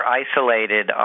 isolated